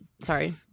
Sorry